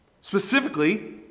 Specifically